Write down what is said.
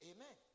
Amen